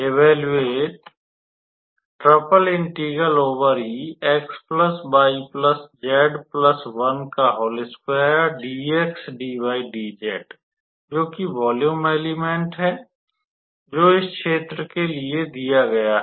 evaluate जोकि volume element है जो इस क्षेत्र के लिए दिया गया है